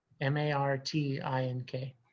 M-A-R-T-I-N-K